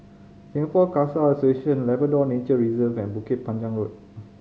Singapore Khalsa Association Labrador Nature Reserve and Bukit Panjang Road